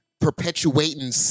perpetuating